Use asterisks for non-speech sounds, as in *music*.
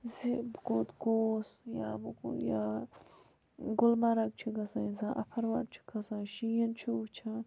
زِ بہٕ کوٚت گوس یا *unintelligible* یا گُلمَرگ چھُ گَژھان انسان اَفروَٹھ چھُ کھَسان شیٖن چھُ وُچھان